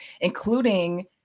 including